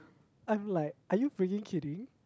I'm like are you freaking kidding